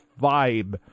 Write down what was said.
vibe